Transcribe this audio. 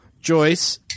joyce